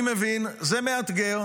אני מבין, זה מאתגר.